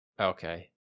Okay